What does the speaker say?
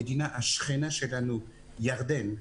המדינה השכנה שלנו ירדן,